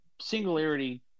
singularity